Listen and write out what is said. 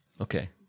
Okay